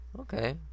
Okay